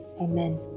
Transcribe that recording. amen